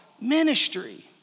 ministry